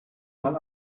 mal